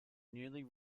newly